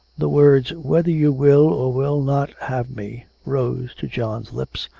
the words whether you will or will not have me rose to john's lips,